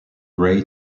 great